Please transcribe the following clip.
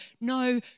No